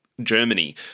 Germany